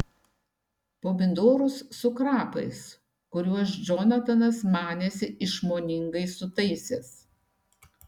pomidorus su krapais kuriuos džonatanas manėsi išmoningai sutaisęs